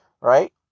right